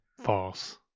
False